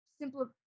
simple